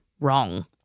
wrong